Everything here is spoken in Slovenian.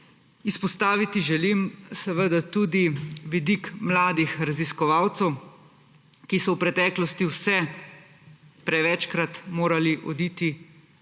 Izpostaviti želim seveda tudi vidik mladih raziskovalcev, ki so v preteklosti vse prevečkrat morali oditi po